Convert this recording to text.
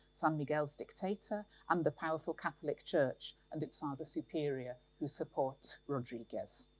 san miguel's dictator, and the powerful catholic church and its father superior, who supports rodriquez.